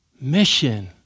mission